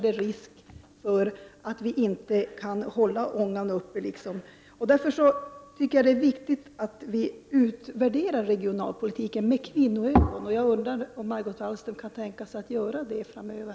Det är därför viktigt att vi utvärderar regionalpolitiken med kvinnoögon. Jag undrar om Margot Wallström kan tänka sig att göra det framöver.